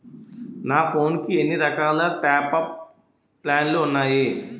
నా ఫోన్ కి ఎన్ని రకాల టాప్ అప్ ప్లాన్లు ఉన్నాయి?